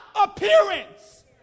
appearance